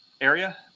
area